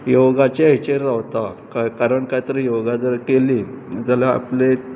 योगाचे हेचेर रावता काय कारण कायतरी योगा जर केले जाल्यार आपलें